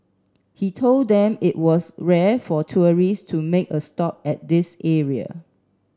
he told them that it was rare for tourists to make a stop at this area